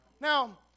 Now